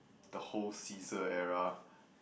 the whole caesar era